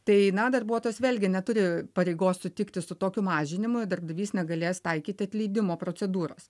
tai na darbuotojas vėlgi neturi pareigos sutikti su tokiu mažinimu darbdavys negalės taikyti atleidimo procedūros